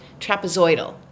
trapezoidal